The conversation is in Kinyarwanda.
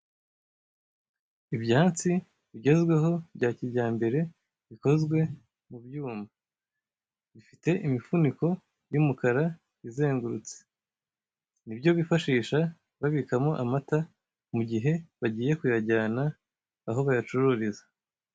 Ibyansi bigezweho bya kijyambere bikozwe mu byuma, bifite imifuniko y'umukara izengurutse; nibyo bifashisha babikamo amata, mu gihe bagiye kuyajyana aho bayacururiza.